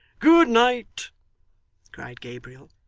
good night cried gabriel.